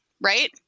right